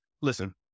listen